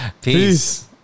peace